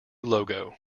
logo